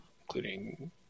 including